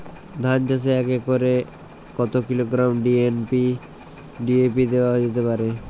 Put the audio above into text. ধান চাষে এক একরে কত কিলোগ্রাম ডি.এ.পি দেওয়া যেতে পারে?